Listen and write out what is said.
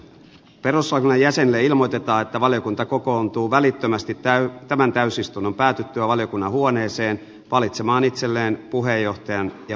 perustuslakivaliokunnan jäsenille ilmoitetaan että valiokunta kokoontuu välittömästi tämän täysistunnon päätyttyä valiokunnan huoneeseen valitsemaan itselleen puheenjohtajan ja varapuheenjohtajan